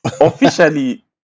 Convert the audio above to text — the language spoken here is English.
officially